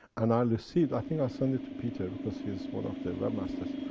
and i received. i think i sent it to peter, because he is one of the web-masters.